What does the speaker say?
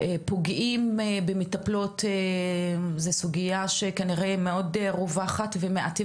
פוגעים במטפלות זו סוגייה שכנראה באמת מאוד רווחת ומעטים